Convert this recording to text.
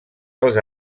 als